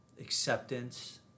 acceptance